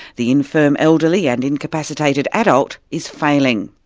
the infirm elderly, and incapacitated adults, is failing.